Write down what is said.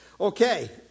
Okay